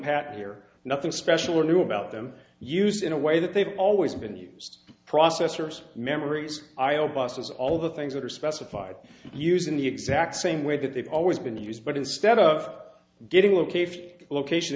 packet here nothing special or new about them used in a way that they've always been used processors memories io buses all the things that are specified using the exact same way that they've always been used but instead of getting location location